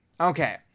Okay